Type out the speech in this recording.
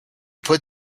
put